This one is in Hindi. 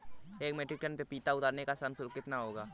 एक मीट्रिक टन पपीता उतारने का श्रम शुल्क कितना होगा?